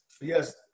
Yes